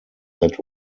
that